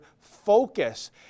focus